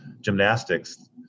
gymnastics